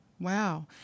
Wow